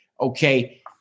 Okay